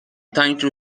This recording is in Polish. tańczył